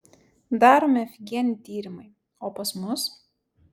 daromi afigieni tyrimai o pas mus